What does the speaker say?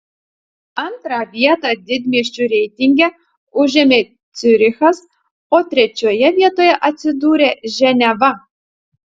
antrą vietą didmiesčių reitinge užėmė ciurichas o trečioje vietoje atsidūrė ženeva